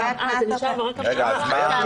אבל תשימו לב שמאסר לגבי תאגידים זה בכלל לא